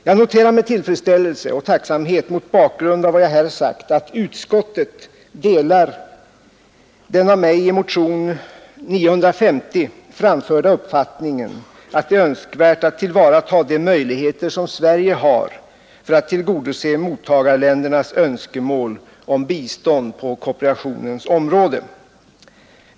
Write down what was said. Jag noterar med tillfredsställelse och tacksamhet mot bakgrund av vad jag här sagt, att utskottet delar den av mig i motionen nr 950 framförda uppfattning att ”det är önskvärt att tillvarata de möjligheter som Sverige har för att tillgodose mottagarländernas önskemål om bistånd på kooperationens område”.